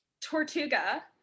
Tortuga